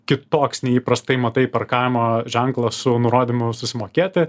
kitoks nei įprastai matai parkavimo ženklą su nurodymu susimokėti